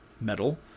metal